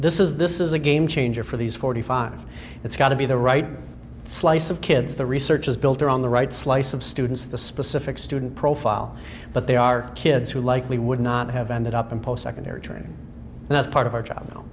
this is this is a game changer for these forty five it's got to be the right slice of kids the research is built on the right slice of students the specific student profile but they are kids who likely would not have ended up in post secondary training and that's part of our job no